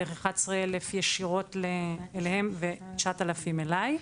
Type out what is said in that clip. כ-11,000 ישירות אליהם ו-9,000 אלי.